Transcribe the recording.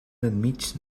enmig